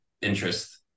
interest